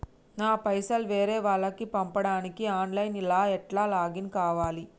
నా పైసల్ వేరే వాళ్లకి పంపడానికి ఆన్ లైన్ లా ఎట్ల లాగిన్ కావాలి?